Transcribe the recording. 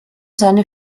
seine